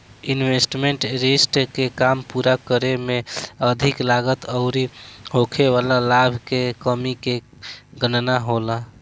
investment risk के काम पूरा करे में अधिक लागत अउरी होखे वाला लाभ के कमी के गणना होला